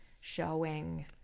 showing